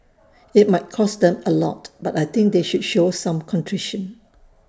IT might cost them A lot but I think they should show some contrition